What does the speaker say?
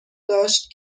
داشت